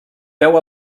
peu